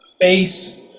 face